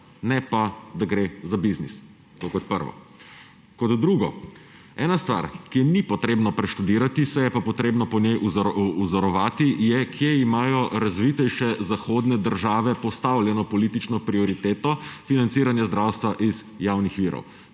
ne pa da gre za biznis, to kot prvo. Kot drugo; ena stvar, ki je ni treba preštudirati, se je pa treba po njej vzorovati, je, kje imajo razvitejše zahodne države postavljeno politično prioriteto financiranja zdravstva iz javnih virov.